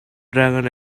dragon